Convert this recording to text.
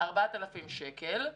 4,000 שקל,